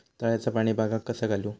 तळ्याचा पाणी बागाक कसा घालू?